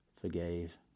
forgave